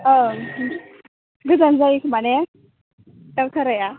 ओं गोजान जायो खोमा ने औ भाराया